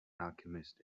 alchemist